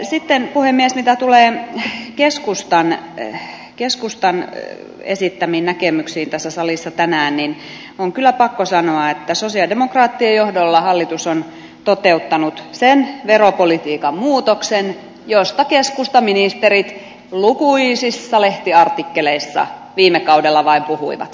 sitten puhemies mitä tulee keskustan esittämiin näkemyksiin tässä salissa tänään on kyllä pakko sanoa että sosialidemokraattien johdolla hallitus on toteuttanut sen veropolitiikan muutoksen josta keskustan ministerit lukuisissa lehtiartikkeleissa viime kaudella vain puhuivat